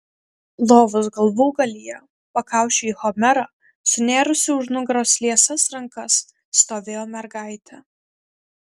lovos galvūgalyje pakaušiu į homerą sunėrusi už nugaros liesas rankas stovėjo mergaitė